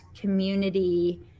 community